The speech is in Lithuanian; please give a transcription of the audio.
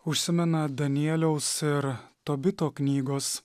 užsimena danieliaus ir tobito knygos